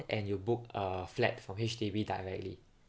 and you book a flat from H_D_B directly